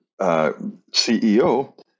CEO